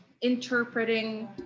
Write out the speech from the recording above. Interpreting